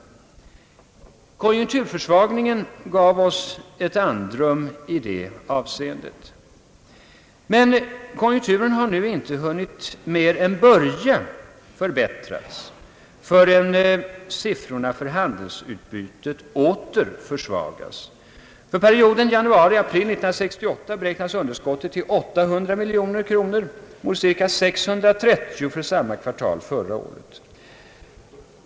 Konjunkturförsvagningen gav oss ett andrum i det avseendet. Konjunkturen har nu inte ens hunnit mer än börja förbättras, förrän siffrorna för handelsutbytet åter försvagas. För perioden januari—april 1968 beräknas underskottet till 800 miljoner kronor mot cirka 630 miljoner kronor för samma kvartal förra året.